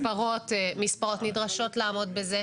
מספרות שנדרשות לעמוד בזה.